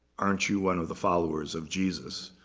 aren't you one of the followers of jesus?